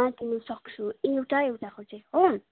मा दिन सक्छु एउटा एउटाको चाहिँ हो